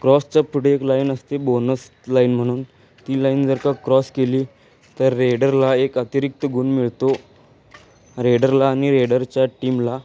क्रॉसच्या पुढे एक लाईन असते बोनस लाईन म्हणून ती लाईन जर का क्रॉस केली तर रेडरला एक अतिरिक्त गुण मिळतो रेडरला आणि रेडरच्या टीमला